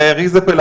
וראי איזה פלא,